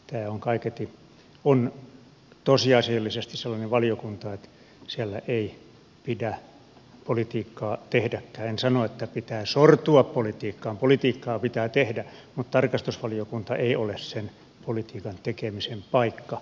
tämä on kaiketi tosiasiallisesti sellainen valiokunta että siellä ei pidä politiikkaa tehdäkään en sano että sortua politiikkaan politiikkaa pitää tehdä mutta tarkastusvaliokunta ei ole sen politiikan tekemisen paikka